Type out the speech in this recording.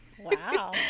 Wow